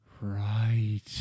Right